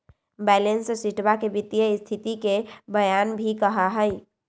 balance शीटवा के वित्तीय स्तिथि के बयान भी कहा हई